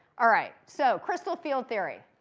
all right, so crystal field theory.